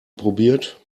probiert